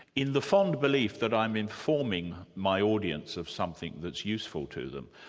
in the fond belief that i'm informing my audience of something that's useful to them.